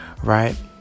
Right